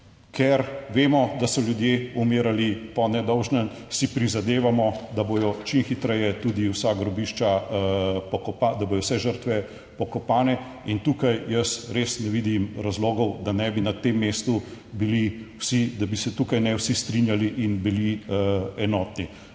Ker vemo, da so ljudje umirali po nedolžnem, si prizadevamo, da bodo čim hitreje tudi vsa grobišča, da bodo vse žrtve pokopane in tukaj jaz res ne vidim razlogov, da ne bi na tem mestu bili vsi, da bi se tukaj ne vsi strinjali in bili enotni.